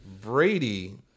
Brady